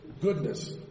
goodness